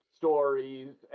stories